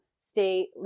stay